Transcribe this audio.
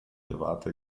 erwarte